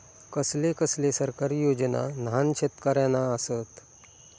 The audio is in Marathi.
कसले कसले सरकारी योजना न्हान शेतकऱ्यांना आसत?